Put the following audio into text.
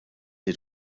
den